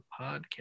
podcast